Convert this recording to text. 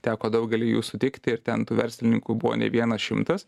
teko daugelį jų sutikti ir ten tų verslininkų buvo ne vienas šimtas